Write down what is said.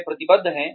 वे प्रतिबद्ध हैं